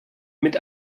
mit